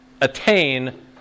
attain